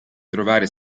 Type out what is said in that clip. trovare